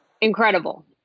incredible